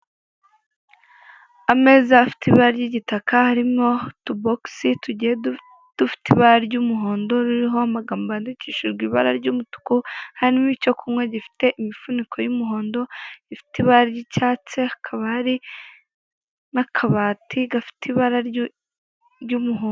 Ameza afite ibara ry'igitaka, harimo utubogisi dufite ibara ry'umuhondo, ririho amagambo yandikishijwe ibara ry'umutuku, harimo icyo kunywa gifite imifuniko y'umuhondo, ifite ibara ry'icyatsi, hakaba hari n'akabati gafite ibara ry'umuhondo.